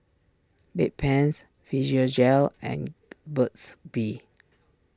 Bedpans Physiogel and Burt's Bee